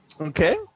Okay